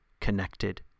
connected